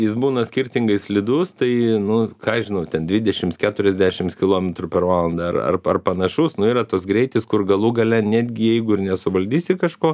jis būna skirtingai slidus tai nu ką aš žinau ten dvidešims keturiasdešims kilometrų per valandą ar ar panašaus nu yra toks greitis kur galų gale netgi jeigu ir nesuvaldysi kažko